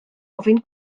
ofyn